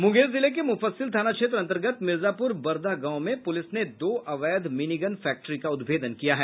मुंगेर जिले के मुफस्सिल थाना क्षेत्र अंतर्गत मिर्जापुर बरदह गांव में पुलिस ने दो अवैध मिनीगन फैक्टरी का उद्भेदन किया है